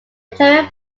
interior